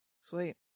Sweet